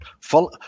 Follow